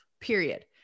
period